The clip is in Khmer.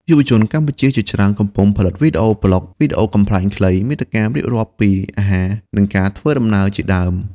យុវជនកម្ពុជាជាច្រើនកំពុងផលិតវីដេអូ vlogs វីដេអូកំប្លែងខ្លី មាតិការៀបរាប់ពីអាហារ និងការធ្វើដំណើរជាដើម។